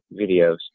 videos